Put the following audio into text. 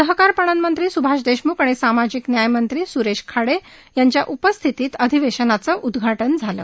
सहकार पणन मंत्री स्भाष देशम्ख आणि सामाजिक न्याय मंत्री सुरेश खाडे यांच्या उपस्थितीत अधिवेशनाचं उद्घाटन झालं